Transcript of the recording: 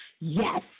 yes